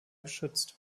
geschützt